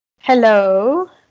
Hello